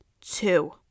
Two